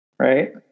Right